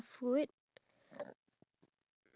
then you say mine is wrong